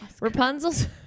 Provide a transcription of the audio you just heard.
Rapunzel's